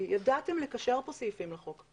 ידעתם לקשר כאן סעיפים לחוק,